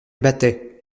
battait